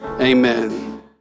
amen